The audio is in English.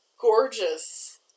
Gorgeous